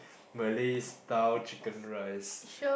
Malay style chicken rice